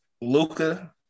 Luca